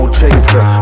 chaser